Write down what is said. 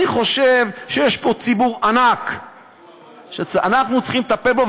אני חושב שיש פה ציבור ענק שאנחנו צריכים לטפל בו,